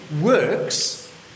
works